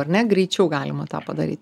ar ne greičiau galima tą padaryt